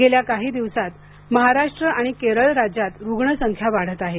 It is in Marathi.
गेल्या काही दिवसात महाराष्ट्र आणि केरळ राज्यात रुग्ण संख्या वाढत आहे